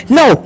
no